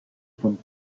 von